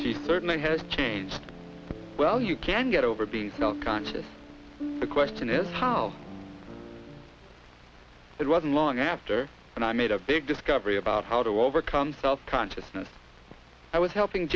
play certainly has changed well you can get over being self conscious the question is how it wasn't long after and i made a big discovery about how to overcome self consciousness i was helping